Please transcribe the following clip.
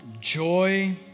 joy